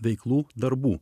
veiklų darbų